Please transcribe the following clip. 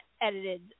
edited